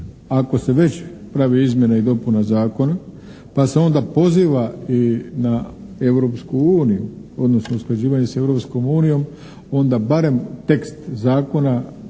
Ako se već pravi izmjena i dopuna Zakona pa se onda poziva i na Europsku uniju, odnosno usklađivanje s Europskom unijom onda barem tekst zakona